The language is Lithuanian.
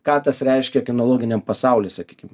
ką tas reiškia kinologiniam pasauly sakykim